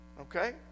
Okay